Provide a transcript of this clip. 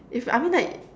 if I mean like